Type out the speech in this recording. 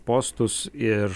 postus ir